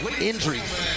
injuries